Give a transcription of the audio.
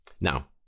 Now